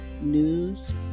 news